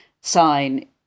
sign